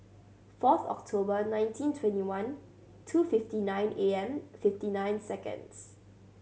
fourth October nineteen twenty one two fifty nine A M fifty nine seconds